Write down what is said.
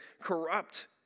corrupt